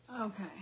Okay